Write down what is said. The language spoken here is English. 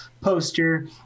poster